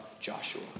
Joshua